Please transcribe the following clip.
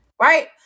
right